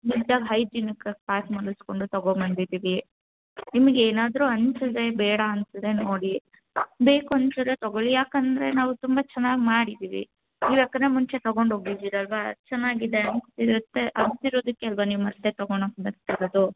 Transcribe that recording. ನೀಟಾಗಿ ಹೈಜಿನಿಕ್ ಆಗಿ ಪ್ಯಾಕ್ ಮಾಡಿಸಿಕೊಂಡು ತಗೊಂಡು ಬಂದಿದ್ದೀವಿ ನಿಮಗೆ ಏನಾದರೂ ಅನ್ನಿಸಿದ್ರೆ ಬೇಡ ಅನ್ನಿಸಿದ್ರೆ ನೋಡಿ ಬೇಕು ಅನ್ನಿಸಿದ್ರೆ ತಗೊಳ್ಳಿ ಏಕೆಂದ್ರೆ ನಾವು ತುಂಬ ಚೆನ್ನಾಗಿ ಮಾಡಿದ್ದೀವಿ ನೀವು ಏಕೆಂದ್ರೆ ಮುಂಚೆ ತಗೊಂಡು ಹೋಗಿದ್ದೀರಲ್ವ ಚೆನ್ನಾಗಿದೆ ಅನ್ನಿಸಿರುತ್ತೆ ಅನ್ಸಿರೋದಕ್ಕೆ ಅಲ್ವ ನೀವು ಮತ್ತೆ ತಗೊಂಡು ಹೋಗೋಕೆ ಬರ್ತಿರೋದು